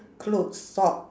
clothes sock